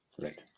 Right